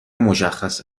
مشخص